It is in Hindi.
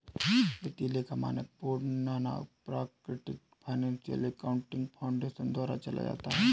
वित्तीय लेखा मानक board nonprofit financial accounting foundation द्वारा चलाया जाता है